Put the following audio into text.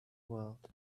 world